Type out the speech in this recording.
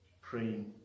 praying